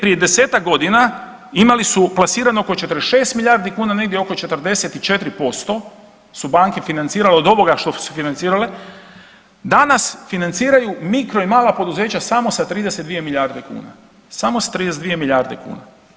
Prije 10-tak godina imali su plasirano oko 46 milijardi kuna, negdje oko 44% su banke financirale od ovoga što su financirale, danas financiraju mikro i mala poduzeća samo sa 32 milijarde kuna, samo s 32 milijarde kuna.